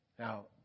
Now